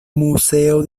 museo